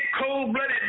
cold-blooded